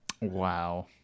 Wow